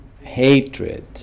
hatred